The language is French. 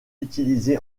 utilisé